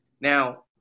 Now-